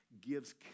gives